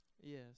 Yes